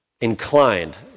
inclined